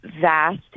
vast